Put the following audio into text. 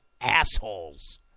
assholes